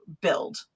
build